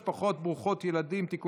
ותעבור לוועדת הכספים להמשך דיון בחקיקה.